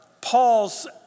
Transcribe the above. Paul's